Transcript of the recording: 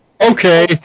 okay